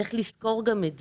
צריך לזכור גם את זה.